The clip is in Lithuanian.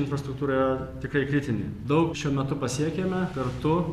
infrastruktūra yra tikrai kritinė daug šiuo metu pasiekėme kartu